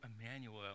Emmanuel